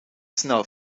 snel